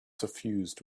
suffused